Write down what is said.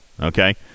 okay